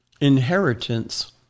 inheritance